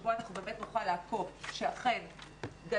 בו אנחנו באמת נוכל לעקוב שאכן גלית,